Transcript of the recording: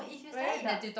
very dark